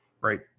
right